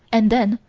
and then,